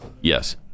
Yes